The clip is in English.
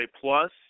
plus